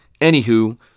Anywho